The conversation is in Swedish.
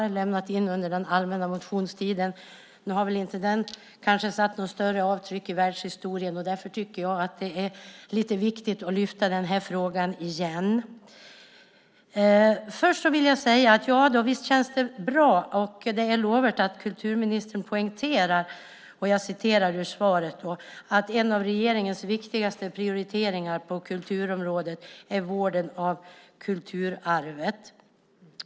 Vi har lämnat dem under den allmänna motionstiden. Nu har de väl inte satt något större avtryck i världshistorien. Därför tycker jag att det är viktigt att lyfta upp den frågan igen. Först vill jag säga att det känns bra och är lovvärt att kulturministern poängterar att "en av regeringens viktigaste prioriteringar på kulturområdet är vården av kulturarvet.